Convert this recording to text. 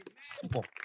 Simple